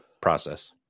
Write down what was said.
process